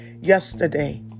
yesterday